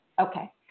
Okay